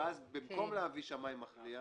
במקום להביא שמאי מכריע,